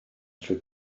trwy